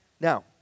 Now